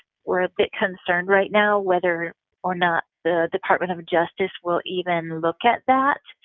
we're a bit concerned right now whether or not the department of justice will even look at that,